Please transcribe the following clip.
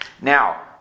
Now